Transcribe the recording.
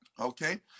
Okay